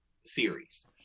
series